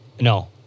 No